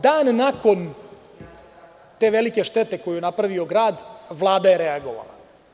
Dan nakon te velike štete koju je napravio grad Vlada je reagovala.